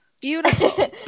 Beautiful